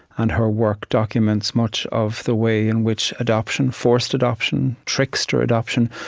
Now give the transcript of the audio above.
and her work documents much of the way in which adoption, forced adoption, trickster adoption,